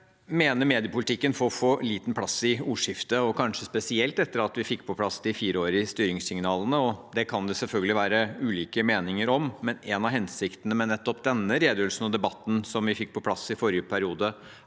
mener mediepolitikken får for liten plass i ordskiftet, og kanskje spesielt etter at vi fikk på plass de fireårige styringssignalene. Det kan det selvfølgelig være ulike meninger om, men en av hensiktene med denne redegjørelsen og debatten – som vi fikk på plass i forrige periode